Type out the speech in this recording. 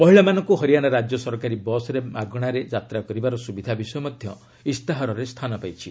ମହିଳାମାନଙ୍କୁ ହରିଆଣା ରାଜ୍ୟ ସରକାରୀ ବସ୍ରେ ବାଗଣାରେ ଯାତ୍ରା କରିବାର ସୁବିଧା ବିଷୟ ମଧ୍ୟ ଇସ୍ତାହାରରେ ସ୍ଥାନ ପାଇଛି